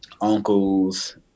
uncles